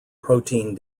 protein